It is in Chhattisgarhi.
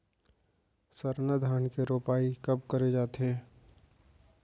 सरना धान के रोपाई कब करे जाथे?